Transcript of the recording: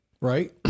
right